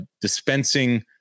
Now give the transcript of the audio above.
dispensing